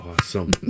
Awesome